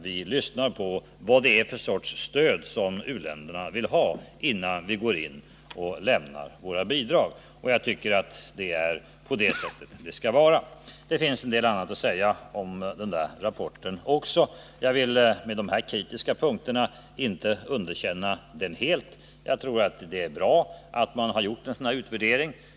Vi lyssnar på vad det är för sorts stöd som u-länderna vill ha, innan vi går in och lämnar våra bidrag, och jag tycker att det är så det skall vara. Jag vill med dessa kritiska synpunkter inte helt underkänna rapporten. Jag tror att det är bra att man har gjort en sådan här utvärdering.